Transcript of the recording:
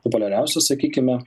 populiariausias sakykime